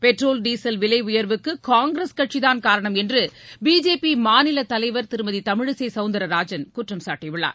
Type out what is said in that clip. petrol diesel விலைஉயர்வுக்குகாங்கிரஸ் கட்சிதான் காரணம் என்றுபிஜேபிமாநில தலைவர் திருமதிதமிழிசைசவுந்திரராஜன் குற்றம்சாட்டியுள்ளார்